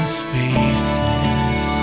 spaces